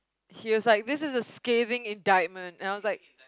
he was like this is a scathing indictment and I was like